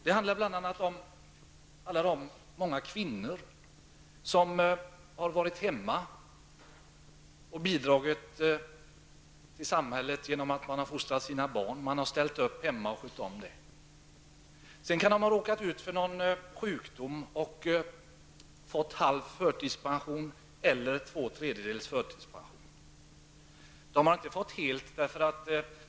Det handlar bl.a. om de många kvinnor som har varit hemma och gjort en samhällsinsats genom att de fostrat sina barn och skött om hemmet. Senare i livet kan dessa kvinnor ha råkat ut för någon sjukdom och blivit halvt förtidspensionerade eller förtidspensionerade till två tredjedelar.